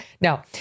no